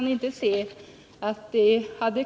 7 maj 1980